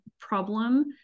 problem